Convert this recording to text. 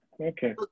Okay